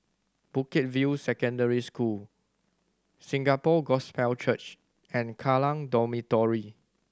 Bukit View Secondary School Singapore Gospel Church and Kallang Dormitory